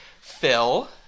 Phil